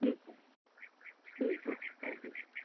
ٹھیک ہے ٹھیک ہے تھینک یو